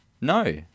No